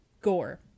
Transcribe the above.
gore